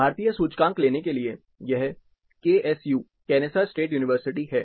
भारतीय सूचकांक लेने के लिए यह केएसयू केनेसा स्टेट यूनिवर्सिटी है